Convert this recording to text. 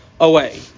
away